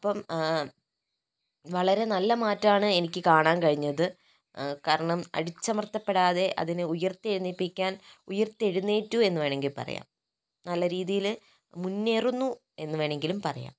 അപ്പോൾ വളരെ നല്ല മാറ്റമാണ് എനിക്ക് കാണാൻ കഴിഞ്ഞത് കാരണം അടിച്ചമർത്തപ്പെടാതെ അതിനെ ഉയർത്തെഴുന്നേൽപ്പിക്കാൻ ഉയർത്തെഴുന്നേറ്റു എന്ന് വേണമെങ്കിൽ പറയാം നല്ല രീതിയിൽ മുന്നേറുന്നു എന്ന് വേണമെങ്കിലും പറയാം